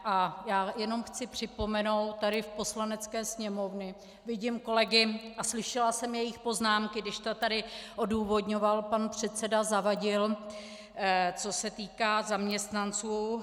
A já jenom chci připomenout, tady v Poslanecké sněmovně vidím kolegy a slyšela jsem jejich poznámky, když to tady odůvodňoval pan předseda Zavadil, co se týká zaměstnanců.